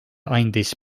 andis